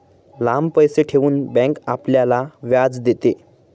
लांब पैसे ठेवून बँक आपल्याला व्याज देते